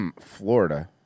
Florida